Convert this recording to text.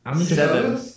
seven